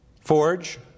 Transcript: forge